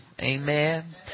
Amen